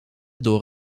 door